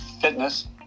fitness